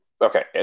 Okay